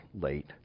late